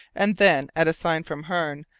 and then, at a sign from hearne,